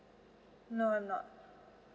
no I'm not